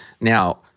Now